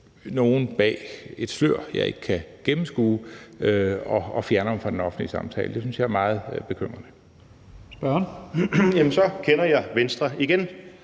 nogle bag et slør, jeg ikke kan gennemskue, og fjerner dem fra den offentlige samtale. Det synes jeg er meget bekymrende. Kl. 15:45 Første